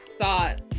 thought